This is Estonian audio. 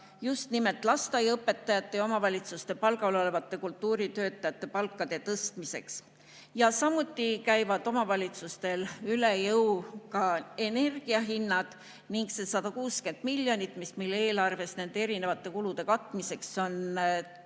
just nimelt lasteaiaõpetajate ja omavalitsuste palgal olevate kultuuritöötajate palkade tõstmiseks. Samuti käivad omavalitsustele üle jõu ka energia hinnad ning selle 160 miljoniga, mis meil eelarves nende erinevate kulude katmiseks on täna